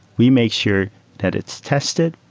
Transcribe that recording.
we make sure that it's tested,